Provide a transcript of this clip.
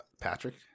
Patrick